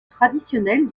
traditionnel